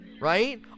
right